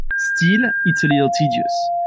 still it's a little tedious.